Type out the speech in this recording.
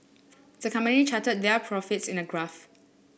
the company charted their profits in a graph